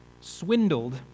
swindled